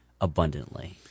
abundantly